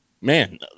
man